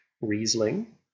Riesling